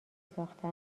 ساخته